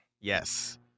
Yes